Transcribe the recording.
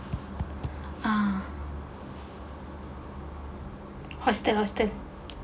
uh hostel hostel